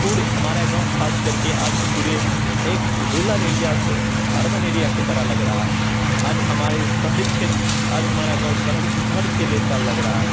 पुर हमारा गाँव ख़ास कर के आज पुरे एक रूलर एरिया से अर्बन एरिया की तरह लग रहा है आज हमारे शहरी क्षेत्र आज हमारा गाँव शहरी शहर के जैसा लग रहा है